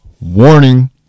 warning